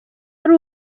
ari